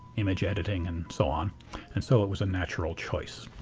image editing, and so on and so it was a natural choice.